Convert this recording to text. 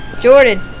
Jordan